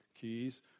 keys